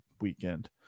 weekend